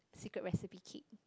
secret recipe cake